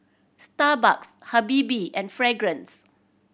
Starbucks Habibie and Fragrance